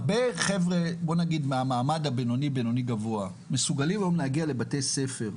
הרבה חבר'ה מהמעמד הבינוני והבינוני-גבוה מסוגלים היום להגיע לבתי ספר,